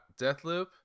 Deathloop